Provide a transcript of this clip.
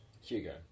Hugo